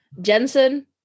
Jensen